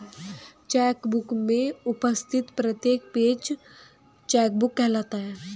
check book में उपस्थित प्रत्येक पेज चेक कहलाता है